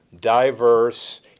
diverse